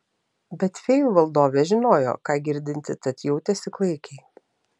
bet fėjų valdovė žinojo ką girdinti tad jautėsi klaikiai